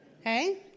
Okay